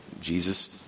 Jesus